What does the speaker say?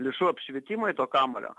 lėšų apšvietimui to kamuolio